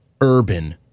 urban